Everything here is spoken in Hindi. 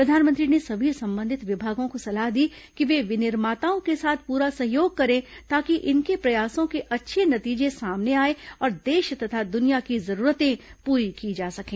प्रधानमंत्री ने सभी संबंधित विभागों को सलाह दी कि वे विनिर्माताओं के साथ पूरा सहयोग करें ताकि इनके प्रयासों के अच्छे नतीजे सामने आएं और देश तथा दुनिया की जरूरतें पूरी की जा सकें